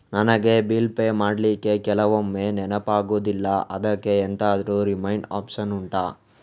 ನನಗೆ bill pay ಮಾಡ್ಲಿಕ್ಕೆ ಕೆಲವೊಮ್ಮೆ ನೆನಪಾಗುದಿಲ್ಲ ಅದ್ಕೆ ಎಂತಾದ್ರೂ ರಿಮೈಂಡ್ ಒಪ್ಶನ್ ಉಂಟಾ